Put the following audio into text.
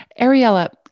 Ariella